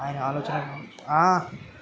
ఆయన ఆలోచనలు